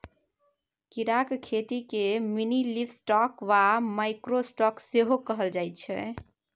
कीड़ाक खेतीकेँ मिनीलिवस्टॉक वा माइक्रो स्टॉक सेहो कहल जाइत छै